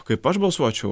kaip aš balsuočiau